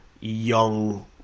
young